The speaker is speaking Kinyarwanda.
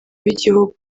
w’igihugu